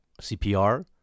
CPR